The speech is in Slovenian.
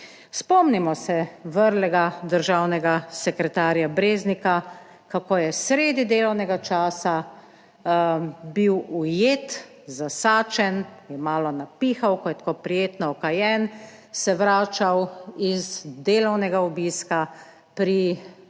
Spomnimo se vrlega državnega sekretarja Breznika, kako je sredi delovnega časa bil ujet, zasačen, je malo napihal, ko je tako prijetno okajen se vračal iz delovnega obiska pri